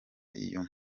iyo